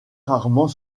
rarement